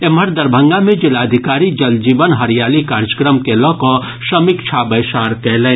एम्हर दरभंगा मे जिलाधिकारी जल जीवन हरियाली कार्यक्रम के लऽकऽ समीक्षा बैसार कयलनि